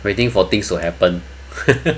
waiting for things to happen